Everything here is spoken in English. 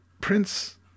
Prince